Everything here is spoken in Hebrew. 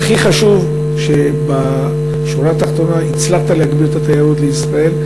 והכי חשוב שבשורה התחתונה הצלחת להגביר את התיירות לישראל,